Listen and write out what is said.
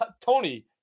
Tony